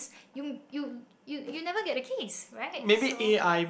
you you you you never get the keys right so